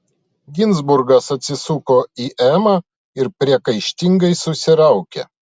ginzburgas atsisuko į emą ir priekaištingai susiraukė